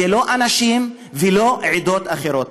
ולא אנשים ולא עדות אחרות.